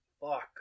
Fuck